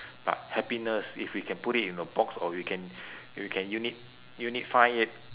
but happiness if we can put it in a box or we can we can uni~ unify it